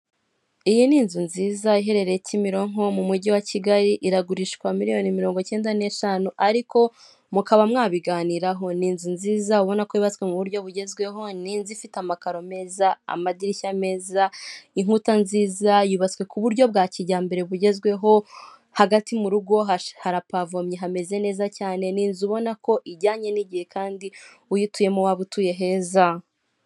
Iyi ni inzu nziza iherereye Kimironko mu mujyi wa kigali iragurishwa miliyoni mirongo ikenda n'eshanu ariko mukaba mwabiganiraho, ni inzu nziza ubona ko ibazwa mu buryo bugezweho ni inzu ifite amakaro meza amadirishya meza inkuta nziza yubatswe ku buryo bwa kijyambere bugezweho, hagati mu rugo harapavomye hameze neza cyane ni inzu ubona ko ijyanye n'igihe kandi uyituyemo waba utuye heza.